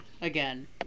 Again